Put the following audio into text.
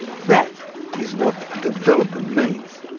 that is what development means.